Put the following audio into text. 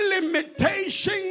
limitation